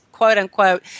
quote-unquote